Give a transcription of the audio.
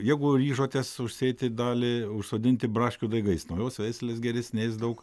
jeigu ryžotės užsėti dalį užsodinti braškių daigais naujos veislės geresnės daug